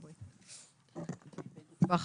בבקשה.